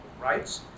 rights